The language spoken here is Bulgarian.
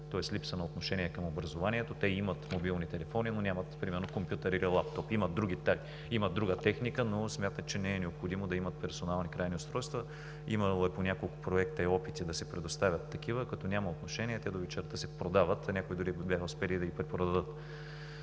тоест липса на отношение към образованието. Те имат мобилни телефони, но нямат примерно компютър или лаптоп. Имат друга техника, но смятат, че не е необходимо да имат персонални устройства. Имало е по няколко проекта опити да се предоставят такива. Като няма отношение, те до вечерта се продават, а някои дори бяха успели да ги препродадат.